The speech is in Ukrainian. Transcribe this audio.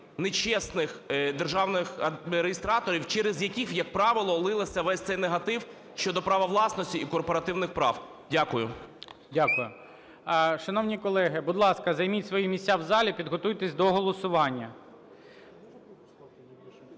нечесних державних реєстраторів, через яких, як правило, лився весь цей негатив щодо права власності і корпоративних прав. Дякую. ГОЛОВУЮЧИЙ. Дякую. Шановні колеги, будь ласка, займіть свої місця в залі, підготуйтесь до голосування.